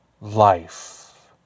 life